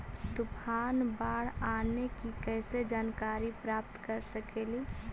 तूफान, बाढ़ आने की कैसे जानकारी प्राप्त कर सकेली?